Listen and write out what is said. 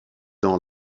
dans